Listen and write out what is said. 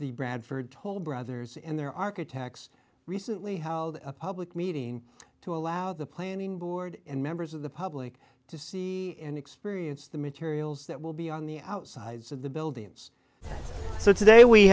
the bradford toll brothers and their architects recently held a public meeting to allow the planning board and members of the public to see and experience the materials that will be on the outside of the buildings so today we